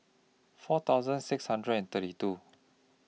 four thousand six hundred and thirty two